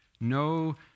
no